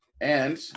And-